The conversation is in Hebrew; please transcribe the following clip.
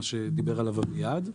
מה שדיבר עליו אביעד.